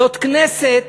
זאת כנסת